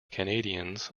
canadiens